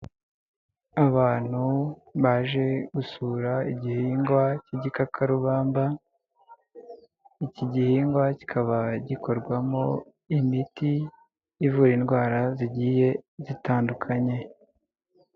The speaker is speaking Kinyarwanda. Abantu baje gusura igihingwa cy'igikakarubamba, iki gihingwa kikaba gikorwamo imiti ivura indwara zigiye zitandukanye.